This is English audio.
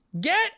get